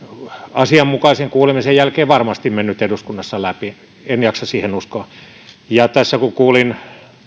asianmukaisen kuulemisen jälkeen varmasti mennyt eduskunnassa läpi en jaksa siihen uskoa kun tässä kuulin